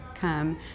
come